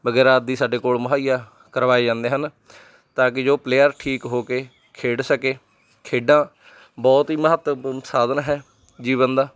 ਵਗੈਰਾ ਆਦਿ ਸਾਡੇ ਕੋਲ ਮੁਹੱਈਆ ਕਰਵਾਏ ਜਾਂਦੇ ਹਨ ਤਾਂ ਕਿ ਜੋ ਪਲੇਅਰ ਠੀਕ ਹੋ ਕੇ ਖੇਡ ਸਕੇ ਖੇਡਾਂ ਬਹੁਤ ਹੀ ਮਹੱਤਵਪੂਰਨ ਸਾਧਨ ਹੈ ਜੀਵਨ ਦਾ